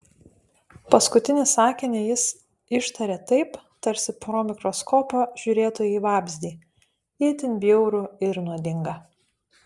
paskutinį sakinį jis ištarė taip tarsi pro mikroskopą žiūrėtų į vabzdį itin bjaurų ir nuodingą